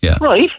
Right